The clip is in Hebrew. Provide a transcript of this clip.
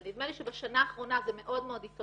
אבל נדמה לי שבשנה האחרונה השיח הזה מאוד התעורר,